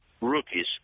rookies